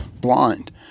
blind